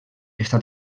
està